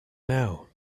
now